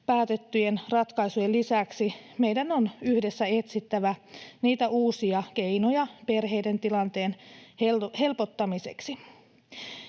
päätettyjen ratkaisujen lisäksi meidän on yhdessä etsittävä niitä uusia keinoja perheiden tilanteen helpottamiseksi.